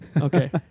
Okay